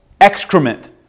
excrement